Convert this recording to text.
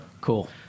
cool